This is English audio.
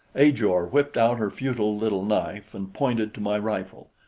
ajor whipped out her futile little knife and pointed to my rifle.